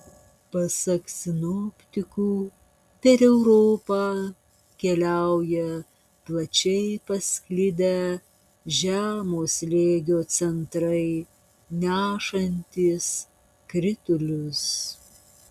pasak sinoptikų per europą keliauja plačiai pasklidę žemo slėgio centrai nešantys kritulius